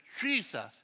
Jesus